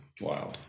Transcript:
Wow